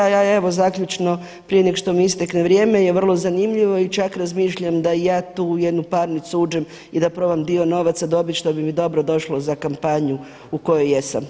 A ja evo zaključno prije nego što mi istekne vrijeme je vrlo zanimljivo i čak razmišljam da ja tu u jednu parnicu uđem i da probam dio novaca dobit što bi mi dobro došlo za kampanju u kojoj jesam.